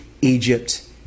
Egypt